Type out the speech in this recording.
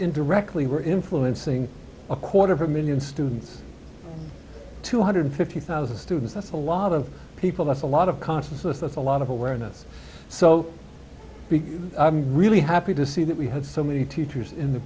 indirectly we're influencing a quarter of a million students two hundred fifty thousand students that's a lot of people that's a lot of consciousness a lot of awareness so big i'm really happy to see that we had so many teachers in the